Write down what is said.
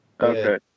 Okay